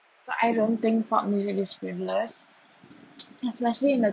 so I don't think pop music be frivolous especially in a